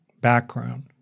background